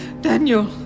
Daniel